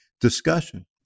discussion